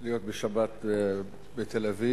להיות בשבת בתל-אביב,